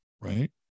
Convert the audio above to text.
right